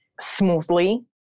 smoothly